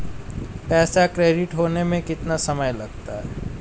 पैसा क्रेडिट होने में कितना समय लगता है?